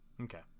Okay